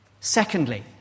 Secondly